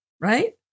right